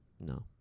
No